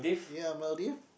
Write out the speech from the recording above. ya Maldives